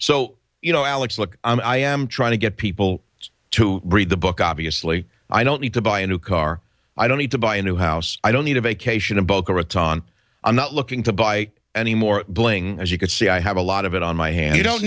so you know alex look i am trying to get people to read the book obviously i don't need to buy a new car i don't need to buy a new house i don't need a vacation in boca raton i'm not looking to buy any more bling as you can see i have a lot of it on my hand you don't